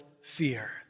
fear